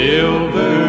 Silver